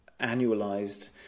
annualized